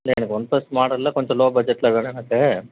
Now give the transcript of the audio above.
இல்லை எனக்கு OnePlus மாடலில் கொஞ்சம் லோ பட்ஜட்டில் வேணுங்க சார்